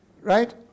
right